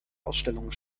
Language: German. ausstellungen